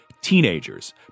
Teenagers